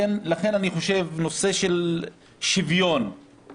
לכן אני חושב שהנושא של שוויון הוא